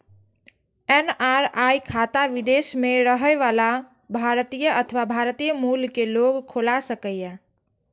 NRI खाता विदेश मे रहै बला भारतीय अथवा भारतीय मूल के लोग खोला सकैए